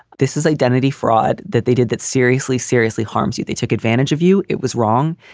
this is identity fraud that they did that seriously, seriously harms you. they took advantage of you. it was wrong.